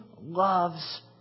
loves